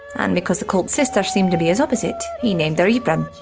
and because the colt's sister seemed to be his opposite, he named her yhprum.